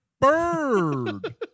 Bird